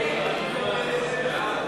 הצעת סיעות